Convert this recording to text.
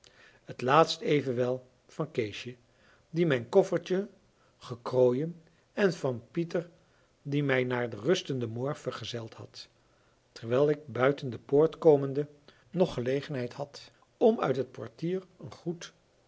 het laatst evenwel van keesje die mijn koffertje gekrooien en van pieter die mij naar de rustende moor vergezeld had terwijl ik buiten de poort komende nog gelegenheid had om uit het portier een groet